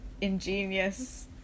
ingenious